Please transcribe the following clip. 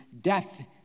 death